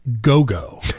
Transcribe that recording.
go-go